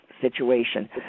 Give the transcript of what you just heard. situation